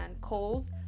coals